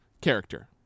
character